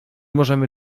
możemy